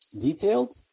detailed